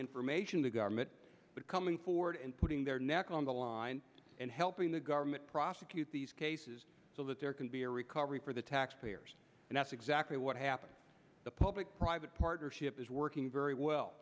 information to government but coming forward and putting their neck on the line and helping the government prosecute these cases so that there can be a recovery for the taxpayers and that's exactly what happened the public private partnership is working very well